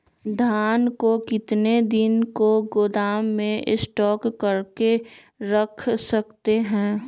धान को कितने दिन को गोदाम में स्टॉक करके रख सकते हैँ?